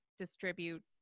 distribute